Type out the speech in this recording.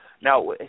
Now